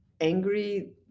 angry